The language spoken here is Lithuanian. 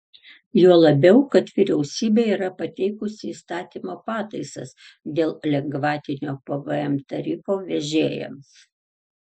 juo labiau kad vyriausybė yra pateikusi įstatymo pataisas dėl lengvatinio pvm tarifo vežėjams